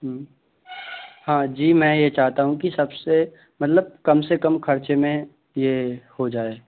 हाँ जी मैं ये चाहता हूँ कि सबसे मतलब कम से कम खर्चे में ये हो जाए